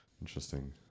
Interesting